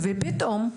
ופתאום,